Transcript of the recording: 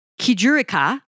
Kijurika